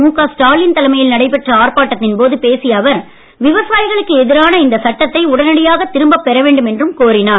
முக ஸ்டாலின் தலைமையில் நடைபெற்ற ஆர்ப்பாட்டத்தின் போது பேசிய அவர் விவசாயிகளுக்கு எதிரான இந்த சட்டத்தை உடனடியாகத் திரும்பப் பெற வேண்டும் என்றும் கோரினார்